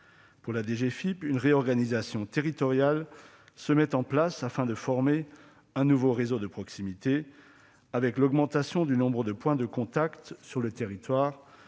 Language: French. Pour la DGFiP, une réorganisation territoriale se met en place afin de former un « nouveau réseau de proximité », qui se traduit par l'augmentation du nombre de points de contact sur le territoire,